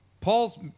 Paul's